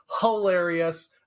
hilarious